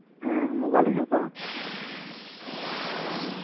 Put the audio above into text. ᱦᱩᱸ ᱢᱳᱵᱟᱭᱤᱞᱤᱧ ᱦᱟᱛᱟᱣᱟ